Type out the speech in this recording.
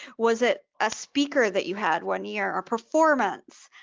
was it a speaker that you had one year or performance?